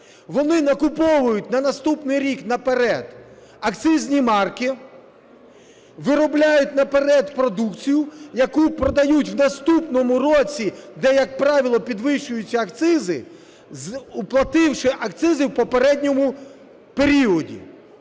Вони накуповують на наступний рік наперед акцизні марки, виробляють наперед продукцію, яку продають в наступному році, де як правило підвищуються акцизи, сплативши акцизи в попередньому періоді.